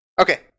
Okay